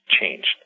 changed